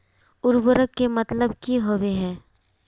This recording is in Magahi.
उर्वरक के मतलब की होबे है?